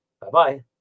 Bye-bye